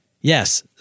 Yes